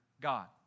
God